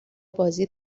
بازی